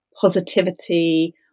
positivity